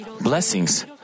blessings